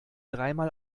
dreimal